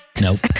nope